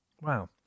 Wow